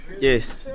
Yes